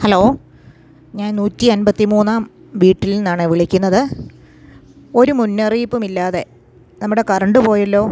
hello ഞാൻ നൂറ്റി അൻപത്തി മൂന്നാം വീട്ടിൽ നിന്നാണെ വിളിക്കുന്നത് ഒരു മുന്നറിയിപ്പുമില്ലാതെ നമ്മുടെ കറണ്ട് പോയല്ലോ